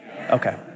Okay